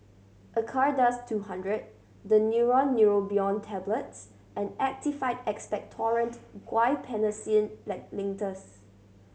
Acardust two hundred Daneuron Neurobion Tablets and Actified Expectorant Guaiphenesin Like Linctus